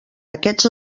aquests